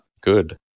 good